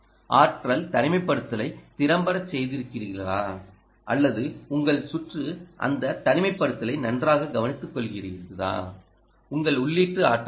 ஆற்றல் தனிமைப்படுத்தலை திறம்படச் செய்திருக்கிறீர்களா உங்கள் சுற்று அந்த தனிமைப்படுத்தலை நன்றாக கவனித்துக்கொள்கிறதா உங்கள் உள்ளீட்டு ஆற்றல் என்ன